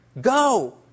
Go